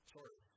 Sorry